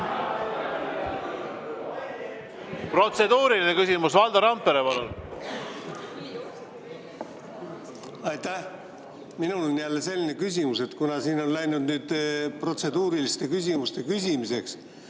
Protseduuriline küsimus, Valdo Randpere, palun! Aitäh! Minul on jälle selline küsimus. Kuna siin on läinud nüüd protseduuriliste küsimuste küsimiseks,